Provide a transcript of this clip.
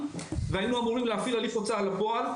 והיינו אמורים להפעיל הליך הוצאה לפועל.